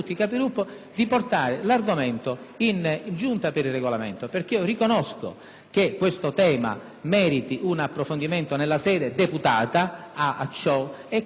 di portare l'argomento in Giunta per il Regolamento, perché io riconosco che questo tema merita un approfondimento nella sede a ciò deputata. Quindi, le